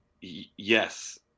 yes